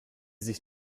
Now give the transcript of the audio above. sich